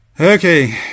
Okay